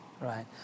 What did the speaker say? Right